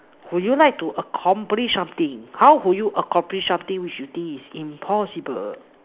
would you like to accomplish something how would you accomplish something which should this impossible